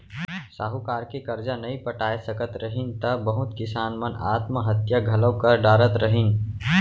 साहूकार के करजा नइ पटाय सकत रहिन त बहुत किसान मन आत्म हत्या घलौ कर डारत रहिन